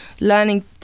learning